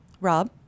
Rob